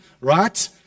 right